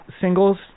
singles